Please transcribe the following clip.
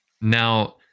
Now